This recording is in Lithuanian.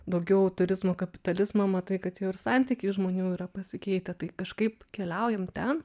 daugiau turizmo kapitalizmą matai kad jau ir santykiai žmonių yra pasikeitę tai kažkaip keliaujam ten